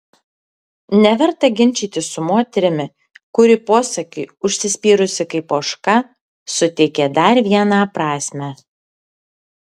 neverta ginčytis su moterimi kuri posakiui užsispyrusi kaip ožka suteikė dar vieną prasmę